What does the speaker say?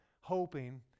hoping